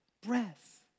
breath